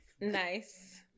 Nice